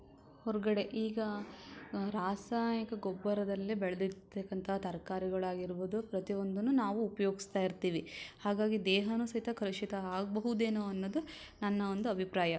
ಹೊರಗಡೆ ಈಗ ರಾಸಾಯಿಕ ಗೊಬ್ಬರದಲ್ಲೇ ಬೆಳೆದಿರ್ತಕ್ಕಂಥ ತರಕಾರಿಗಳಾಗಿರ್ಬೊದು ಪ್ರತಿಯೊಂದನ್ನೂ ನಾವು ಉಪಯೋಗಿಸ್ತಾ ಇರ್ತೀವಿ ಹಾಗಾಗಿ ದೇಹಾನೂ ಸಹಿತ ಕಲುಷಿತ ಆಗಬಹುದೇನೋ ಅನ್ನೋದು ನನ್ನ ಒಂದು ಅಭಿಪ್ರಾಯ